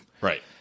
Right